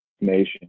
nation